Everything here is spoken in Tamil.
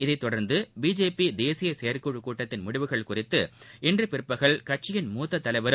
இதைத் தொடர்ந்து பிஜேபிதேசியசெயற்குழுகூட்டத்தின் முடிவுகள் குறித்து இன்றபிற்பகல் கட்சியின் மூத்ததலைவரும்